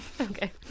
okay